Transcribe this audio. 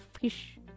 fish